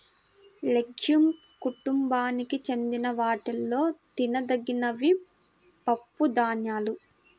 legume కుటుంబానికి చెందిన వాటిలో తినదగినవి పప్పుధాన్యాలు